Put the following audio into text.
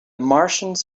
martians